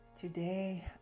Today